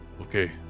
Okay